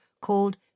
called